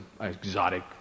exotic